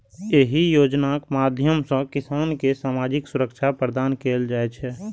एहि योजनाक माध्यम सं किसान कें सामाजिक सुरक्षा प्रदान कैल जाइ छै